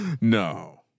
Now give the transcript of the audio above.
no